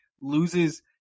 loses